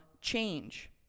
change